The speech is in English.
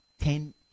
ten